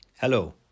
Hello